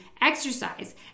exercise